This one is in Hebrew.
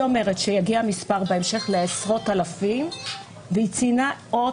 היא אומרת שהמספר יגיע בהמשך לעשרות אלפים והיא ציינה עוד